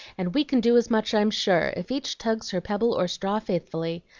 and we can do as much, i'm sure, if each tugs her pebble or straw faithfully.